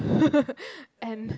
and